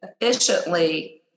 efficiently